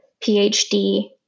PhD